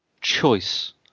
choice